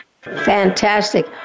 Fantastic